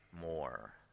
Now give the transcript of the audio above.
more